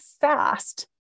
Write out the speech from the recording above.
fast